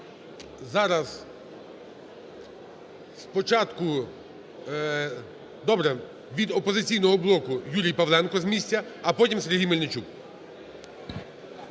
Зараз спочатку... Добре. Від "Опозиційного блоку" Юрій Павленко з місця, а потім – Сергій Мельничук.